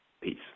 Peace